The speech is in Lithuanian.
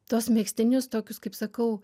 tuos megztinius tokius kaip sakau